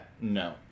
No